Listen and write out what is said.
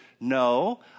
no